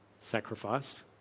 sacrifice